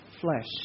flesh